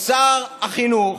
שר החינוך